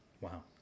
wow